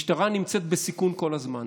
משטרה נמצאת בסיכון כל הזמן,